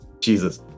Jesus